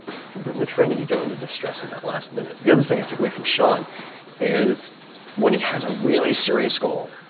if you put in the training you don't need to stress in that last minute. the other thing i took away from shaun is when he has a really serious goal,